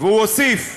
והוא הוסיף: